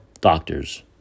doctors